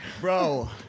Bro